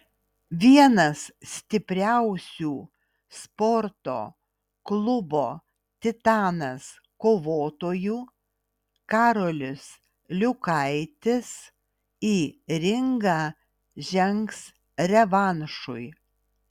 vienas stipriausių sporto klubo titanas kovotojų karolis liukaitis į ringą žengs revanšui